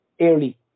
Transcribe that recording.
early